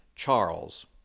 Charles